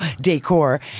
decor